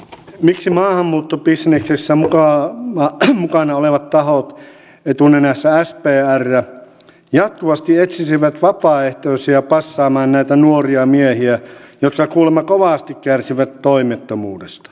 miksi maahanmuuttobisneksessä mukana olevat tahot etunenässä spr jatkuvasti etsisivät vapaaehtoisia passaamaan näitä nuoria miehiä jotka kuulemma kovasti kärsivät toimettomuudesta